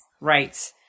Right